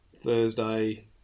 Thursday